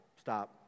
Stop